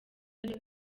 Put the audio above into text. ariwe